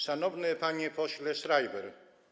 Szanowny Panie Pośle Schreiber!